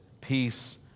peace